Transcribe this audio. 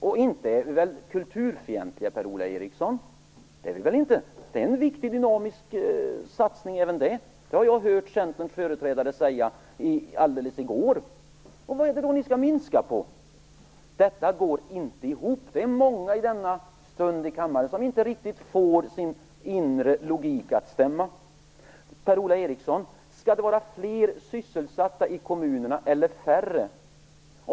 Och vi är väl inte kulturfientliga, Per-Ola Eriksson? Det är en viktig dynamisk satsning även det. Det har jag hört Centerns företrädare säga i går. Vad är det då ni skall minska på? Detta går inte ihop. Det är många i denna stund i kammaren som inte riktigt får sin inre logik att stämma. Skall det vara fler sysselsatta i kommunerna eller färre, Per-Ola Eriksson?